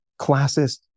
classist